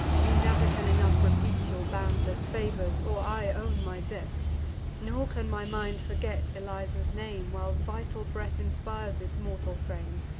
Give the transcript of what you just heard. you never can enough repeat your boundless favors, or i own my debt nor can my mind forget eliza's name, while vital breath inspires this mortal frame.